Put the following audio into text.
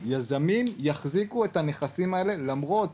יזמים יחזיקו את הנכסים האלה למרות